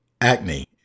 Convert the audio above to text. acne